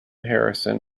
harrison